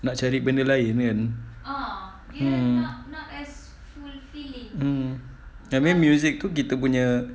nak cari benda lain mm mm I mean music tu kita punya